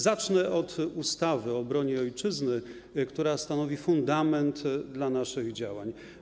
Zacznę od ustawy o obronie ojczyzny, która stanowi fundament naszych działań.